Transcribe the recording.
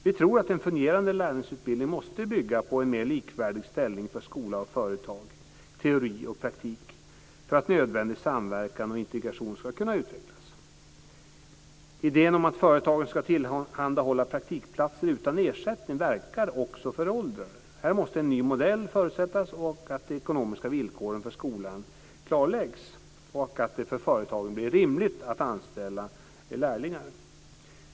Vi tror att en fungerande lärlingsutbildning måste bygga på en mer likvärdig ställning för skola och företag, teori och praktik, för att nödvändig samverkan och integration ska kunna utvecklas. Idén att företag ska tillhandahålla praktikplats utan ersättning verkar föråldrad. Här måste en ny modell förutsättas, att de ekonomiska villkoren för skolan klarläggs och att det blir rimligt för företagen att anställa lärlingar.